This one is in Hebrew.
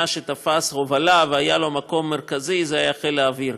שתפס הובלה והיה לו מקום מרכזי זה היה חיל האוויר.